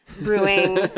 brewing